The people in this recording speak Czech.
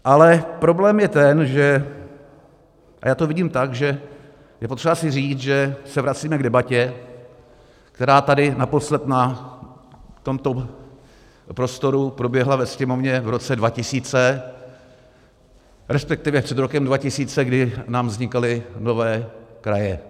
Ale problém je ten, a já to vidím tak, že je potřeba si říct, že se vracíme k debatě, která tady naposled na tomto prostoru proběhla ve Sněmovně v roce 2000, resp. před rokem 2000, kdy nám vznikaly nové kraje.